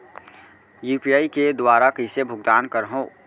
UPI के दुवारा कइसे भुगतान करहों?